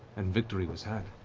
and victory was had,